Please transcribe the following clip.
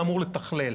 אמור לתכלל.